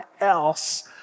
else